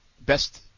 best